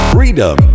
Freedom